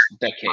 decade